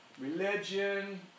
religion